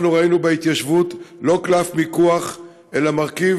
אנחנו ראינו בהתיישבות לא קלף מיקוח אלא מרכיב